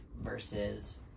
versus